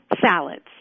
salads